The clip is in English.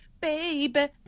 baby